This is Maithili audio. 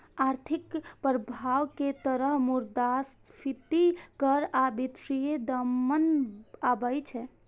आर्थिक प्रभाव के तहत मुद्रास्फीति कर आ वित्तीय दमन आबै छै